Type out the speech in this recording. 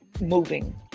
moving